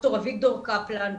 דוקטור אביגדור קפלן,